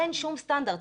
אין שום סטנדרט.